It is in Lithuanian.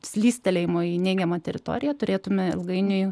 slystelėjimo į neigiamą teritoriją turėtumėme ilgainiui